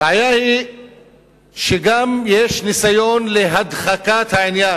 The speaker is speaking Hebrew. הבעיה היא שיש גם ניסיון להדחקת העניין.